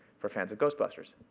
for fans of ghostbusters.